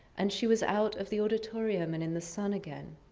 and she was out of the auditorium and in the sun again,